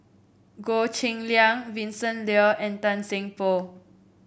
Goh Cheng Liang Vincent Leow and Tan Seng Poh